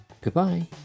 goodbye